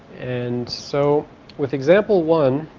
and so with example one,